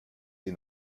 sie